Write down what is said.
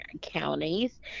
counties